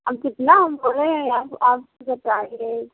अब कितना हम बोले हैं आप आप बताइए